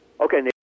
Okay